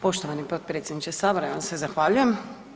Poštovani potpredsjedniče sabora ja vam se zahvaljujem.